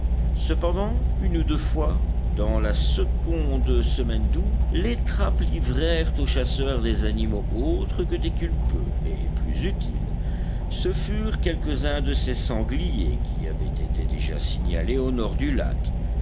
cependant une ou deux fois dans la seconde semaine d'août les trappes livrèrent aux chasseurs des animaux autres que des culpeux et plus utiles ce furent quelques-uns de ces sangliers qui avaient été déjà signalés au nord du lac